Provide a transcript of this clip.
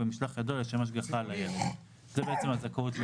במשלח ידו לשם השגחה על הילד." זאת אומרת,